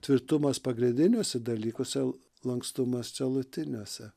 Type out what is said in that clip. tvirtumas pagrindiniuose dalykuose lankstumas šalutiniuose